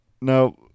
Now